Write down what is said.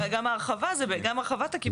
אני רוצה להוסיף אולי עוד מידע שיכול להיות,